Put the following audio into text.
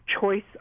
choice